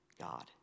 God